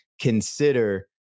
consider